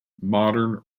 modern